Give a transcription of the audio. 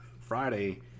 Friday